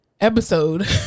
episode